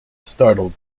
startled